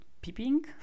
peeping